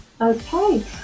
okay